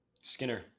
skinner